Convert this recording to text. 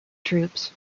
troops